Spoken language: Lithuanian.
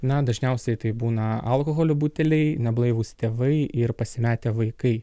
na dažniausiai tai būna alkoholio buteliai neblaivūs tėvai ir pasimetę vaikai